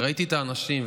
וראיתי את האנשים,